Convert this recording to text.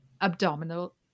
abdominal